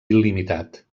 il·limitat